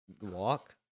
Walk